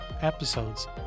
episodes